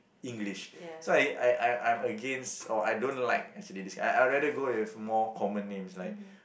English so I I I'm against or I don't like as it is I I rather go with more common names like